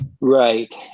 Right